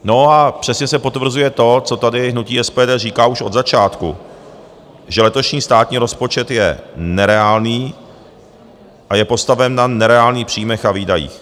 A přesně se potvrzuje to, co tady hnutí SPD říká už od začátku, že letošní státní rozpočet je nereálný a je postaven na nereálný příjmech a výdajích.